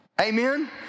Amen